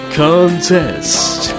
contest